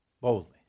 Boldly